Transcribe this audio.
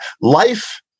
Life